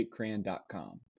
jakecran.com